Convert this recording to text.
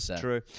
true